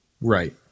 Right